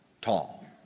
tall